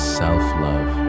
self-love